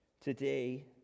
today